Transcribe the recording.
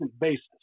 basis